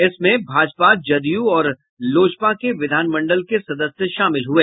इसमें भाजपा जदयू और लोजपा के विधान मंडल के सदस्य शामिल हुए